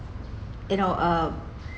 you know uh